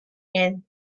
and